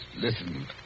Listen